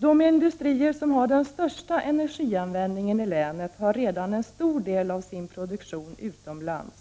De industrier som har den största energianvändningen i länet har redan en stor del av sin produktion utomlands,